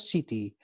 City